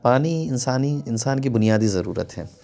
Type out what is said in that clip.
پانی انسانی انسان کی بنیادی ضرورت ہے